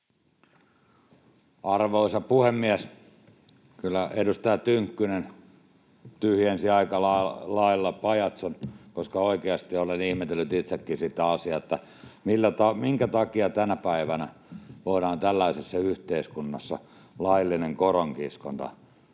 Arvoisa puhemies! Kyllä edustaja Tynkkynen tyhjensi aika lailla pajatson, koska oikeasti olen ihmetellyt itsekin sitä asiaa, minkä takia tänä päivänä voidaan tällaisessa yhteiskunnassa vieläkin hyväksyä